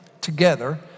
together